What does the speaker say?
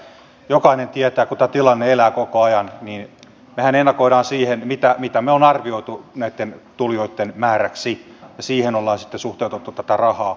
jokainen tietää että kun tämä tilanne elää koko ajan niin mehän reagoimme siihen mitä me olemme arvioineet näitten tulijoitten määräksi ja siihen ollaan sitten suhteutettu tätä rahaa